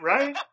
Right